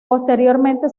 posteriormente